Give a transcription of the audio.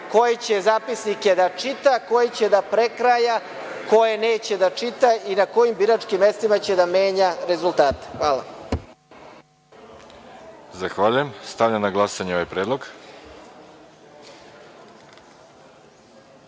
koje će zapisnike da čita, koje će da prekraja, koje neće da čita i na kojim biračkim mestima će da menja rezultate. Hvala. **Veroljub Arsić** Zahvaljujem. Stavljam na glasanje ovaj